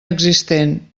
existent